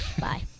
Bye